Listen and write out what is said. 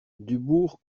dubourg